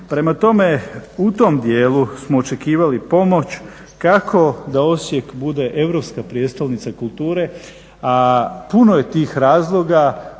Prema tome, u tom dijelu smo očekivali pomoć kako da Osijek bude europska prijestolnica kulture, a puno je tih razloga